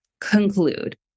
conclude